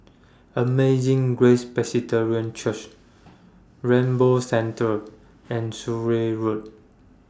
Amazing Grace Presbyterian Church Rainbow Centre and Surin Road